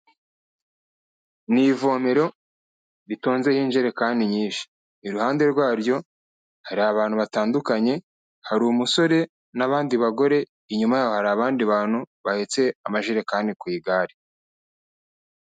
Ni ivomero ritonzeho injerekani nyinshi, iruhande rwaryo hari abantu batandukanye hari umusore n'abandi bagore, inyuma yaho hari abandi bantu bahetse amajerekani ku igare.